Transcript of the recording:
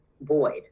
void